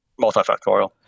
multifactorial